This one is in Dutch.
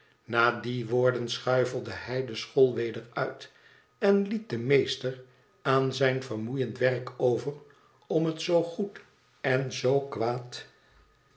na die woorden schuifelde hij de school weder uit en liet den mees ter aan zijn vermoeiend werk over om het zoo goed en zoo kwaad